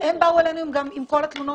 הן באו אלינו גם עם כל התלונות,